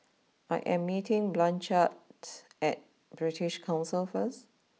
I am meeting Blanchard at British Council first